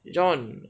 john